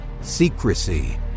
secrecy